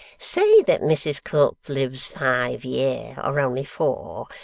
say that mrs quilp lives five year, or only four,